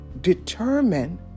determine